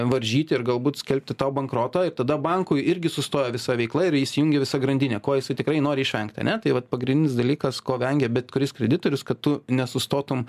varžyti ir galbūt skelbti tau bankrotą ir tada bankui irgi sustoja visa veikla ir įsijungia visa grandinė ko jisai tikrai nori išvengti ane tai vat pagrindinis dalykas ko vengia bet kuris kreditorius kad tu nesustotum